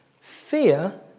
fear